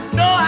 no